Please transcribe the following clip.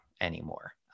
anymore